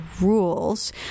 rules